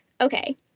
okay